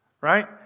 Right